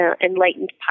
enlightened